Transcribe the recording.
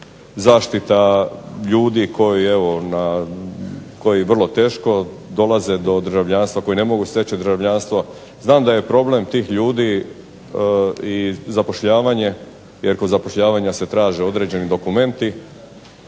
zaštita ljudi koji vrlo teško dolaze do državljanstva, koji ne mogu steći državljanstvo. Znam da je problem tih ljudi i zapošljavanje jer kod zapošljavanja se traže određeni dokumenti,